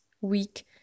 week